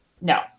No